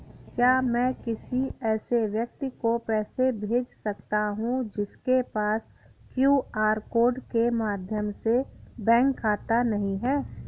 क्या मैं किसी ऐसे व्यक्ति को पैसे भेज सकता हूँ जिसके पास क्यू.आर कोड के माध्यम से बैंक खाता नहीं है?